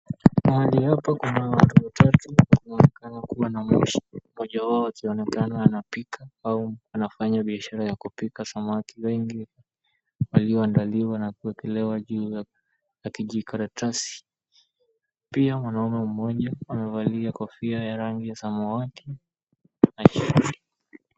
Mahali hapa kuna watu watatu. Kunaonekana kuwa na moshi . Mmoja wao akionekana anapika au anafanya biashara ya kupika samaki wengi walioandaliwa na kuwekelewa juu ya kijikaratasi. Pia mwanaume mmoja amevalia kofia ya rangi ya samawati.